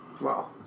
Wow